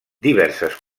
diverses